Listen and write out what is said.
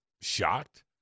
shocked